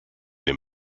den